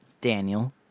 daniel